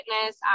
fitness